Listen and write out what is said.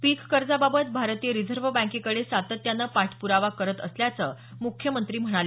पिक कर्जाबाबत भारतीय रिझर्व्ह बँकेकडे सातत्याने पाठप्रावा करत असल्याचं मुख्यमंत्री म्हणाले